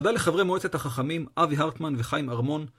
תודה לחברי מועצת החכמים, אבי הרטמן וחיים ארמון.